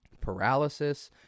paralysis